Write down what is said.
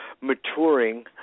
maturing